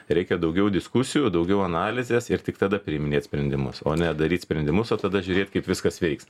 reikia daugiau diskusijų daugiau analizės ir tik tada priiminėt sprendimus o ne daryt sprendimus o tada žiūrėt kaip viskas veiks